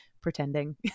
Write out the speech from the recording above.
pretending